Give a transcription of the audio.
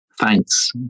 thanks